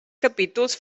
capítols